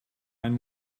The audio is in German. ein